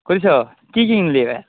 কৰিছ কি কিনিলি এইবাৰ